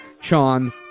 Sean